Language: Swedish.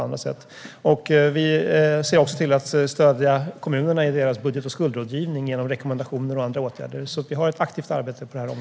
Vi stöder också kommunerna i deras budget och skuldrådgivning genom rekommendationer och andra åtgärder. Vi har alltså ett aktivt arbete på detta område.